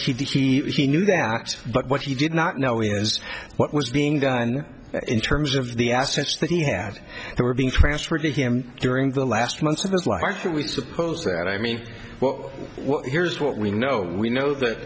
and he knew that but what he did not know is what was being done in terms of the assets that he had they were being transferred to him during the last months of his life and we suppose that i mean well here's what we know we know that